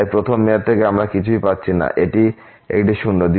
তাই প্রথম মেয়াদ থেকে আমরা কিছুই পাচ্ছি না এটি একটি শূন্য